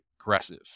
aggressive